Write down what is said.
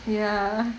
ya